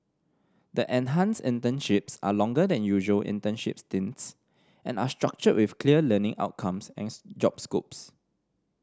the enhanced internships are longer than usual internship stints and are structured with clear learning outcomes and job scopes